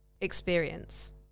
experience